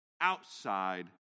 outside